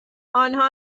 آنها